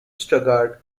stuttgart